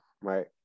right